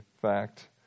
fact